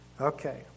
Okay